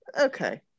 Okay